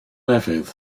lefydd